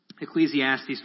Ecclesiastes